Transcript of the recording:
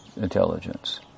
intelligence